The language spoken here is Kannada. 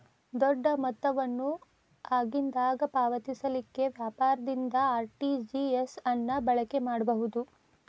ದೊಡ್ಡ ಮೊತ್ತವನ್ನು ಆಗಿಂದಾಗ ಪಾವತಿಸಲಿಕ್ಕೆ ವ್ಯಾಪಾರದಿಂದ ಆರ್.ಟಿ.ಜಿ.ಎಸ್ ಅನ್ನ ಬಳಕೆ ಮಾಡಬಹುದು